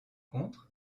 contre